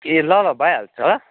ए ल ल भइहाल्छ